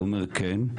הוא אומר כן.